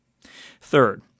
Third